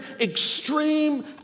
extreme